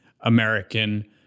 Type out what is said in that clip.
American